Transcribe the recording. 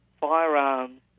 firearms